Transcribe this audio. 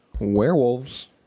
Werewolves